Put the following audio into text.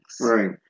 right